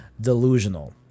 Delusional